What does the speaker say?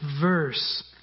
verse